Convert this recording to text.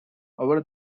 over